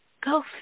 Go